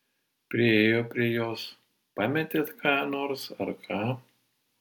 priėjo prie jos pametėt ką nors ar ką